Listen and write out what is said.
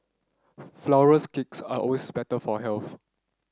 flowers cakes are always better for health